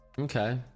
Okay